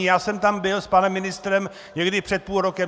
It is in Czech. Já jsem tam byl s panem ministrem někdy před půl rokem.